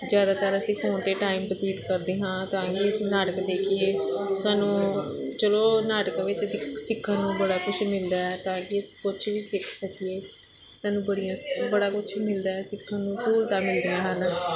ਜ਼ਿਆਦਾਤਰ ਅਸੀਂ ਫੋਨ 'ਤੇ ਟਾਈਮ ਬਤੀਤ ਕਰਦੇ ਹਾਂ ਤਾਂ ਕਿ ਅਸੀਂ ਨਾਟਕ ਦੇਖੀਏ ਸਾਨੂੰ ਚਲੋ ਨਾਟਕ ਵਿੱਚ ਸਿੱਖ ਸਿੱਖਣ ਨੂੰ ਬੜਾ ਕੁਛ ਮਿਲਦਾ ਹੈ ਤਾਂ ਕਿ ਕੁਛ ਵੀ ਸਿੱਖ ਸਕੀਏ ਸਾਨੂੰ ਬੜੀਆਂ ਬੜਾ ਕੁਛ ਮਿਲਦਾ ਹੈ ਸਿੱਖਣ ਨੂੰ ਸਹੂਲਤਾਂ ਮਿਲਦੀਆਂ ਹਨ